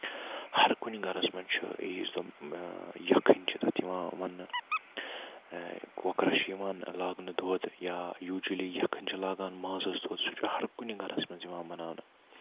ہر کُنہِ گَرَس منٛز چھِ عیٖذ دۄہ یَکھٕنۍ چھِ تَتھ یِوان وَننہٕ کۄکرَس چھُ یِوان لاگنہٕ دۄد یا یوٗجولی یَکھٕنۍ چھِ لاگان مازَس دۄد سُہ چھُ ہَر کُنہِ گَرَس منٛز یِوان بَناونہٕ